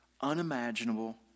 unimaginable